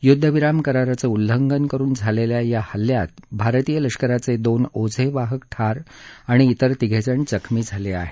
युध्दविराम कराराचं उल्लघनं करून झालेल्या या हल्ल्यात भारतीय लष्कराचे दोन ओझे वाहक ठार आणि तिर तिघे जखमी झाले आहेत